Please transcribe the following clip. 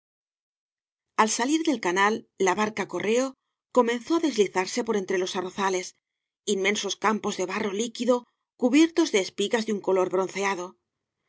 al salir del canal la barca correo comenzó á deslizarse por entre ios arrozales inmensos cam pos de barro líquido cubiertos de espigas de ua color bronceado